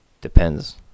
Depends